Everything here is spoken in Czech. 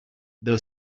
byl